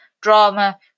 drama